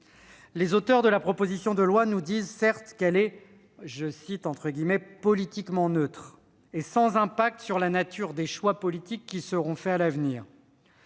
Les auteurs de la proposition de loi organique affirment qu'elle est « politiquement neutre » et sans impact sur la nature des choix politiques qui seront faits à l'avenir.